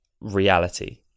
reality